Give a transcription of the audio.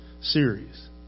series